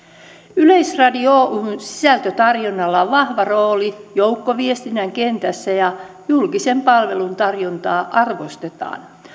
yleisradio oyn sisältötarjonnalla on vahva rooli joukkoviestinnän kentässä ja julkisen palvelun tarjontaa arvostetaan